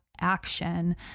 action